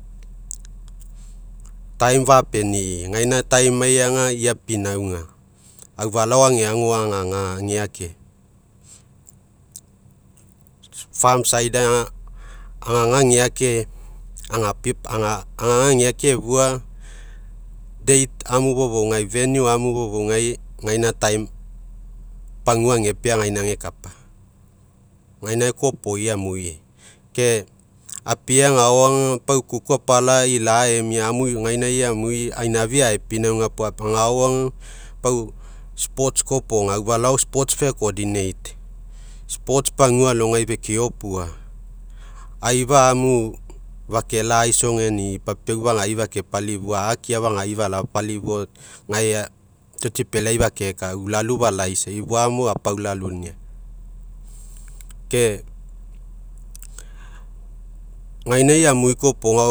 fapeni'i, gaina ai aga ia pinauga, aofalao ega ago agaga ageake, aga ageake aga akeake agefua amu fofougai fofougai, gaina pagua agepea, gaina agekapa. Gaino koaopoi amui ke apie agaoga, pau kuyku apala ila'a amia, egainai amui, ainafi aipinauga puo, agaoga pau koa iopoga, aufalao agao pagua alogai eke opua. Aifa amu fakela'a aisogeni, papiau fagai fakepalifua, a'akia fagai falapalifua, gae otsipele fakeka, ulalu falaisa, ifoamo apaulalunia ke gainai amui koa iopoga,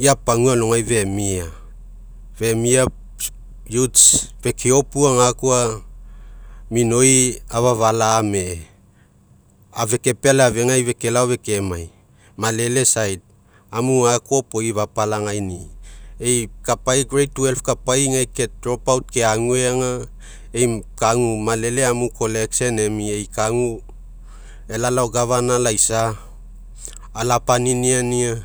ia pagua alogai femia, femia feke opua gakoa, minoi falame'e. Afeke pealai, fegai felao fekemai, malele amu gakoa fapalagaini'i, ai kapai kapai keaguega, ei kagu malele amui emia, ei kagu elalao laisa, ala paniniania.